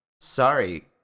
Sorry